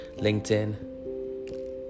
LinkedIn